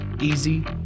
easy